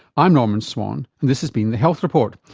i'm norman swan and this has been the health report.